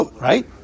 right